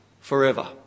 forever